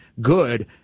good